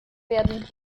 werden